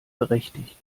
berechtigt